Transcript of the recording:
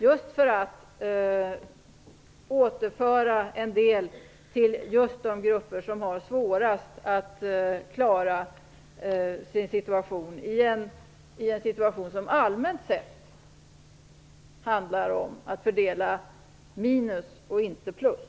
Det återför en del till just de grupper som har svårast att klara sig i en situation som allmänt sett handlar om att fördela minus och inte plus.